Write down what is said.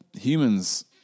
humans